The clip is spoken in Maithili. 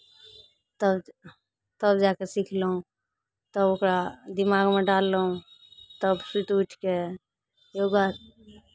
तब तब जा कऽ सिखलहुँ तब ओकरा दिमागमे डाललहुँ तब सुति उठि कऽ योगा